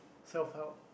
self help